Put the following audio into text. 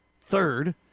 third